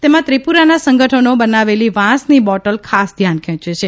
તેમાં ત્રિપુરાના સંગઠનો બનાવેલી વાંસની બોટલ ખાસ ધ્યાન ખેંચે છે